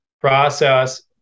process